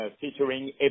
featuring